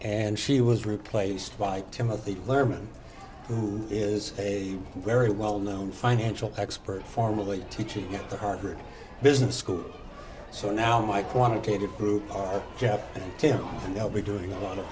and she was replaced by timothy learmonth who is a very well known financial expert formally teaching at the harvard business school so now my quantitative group jeff and tim and i'll be doing a lot of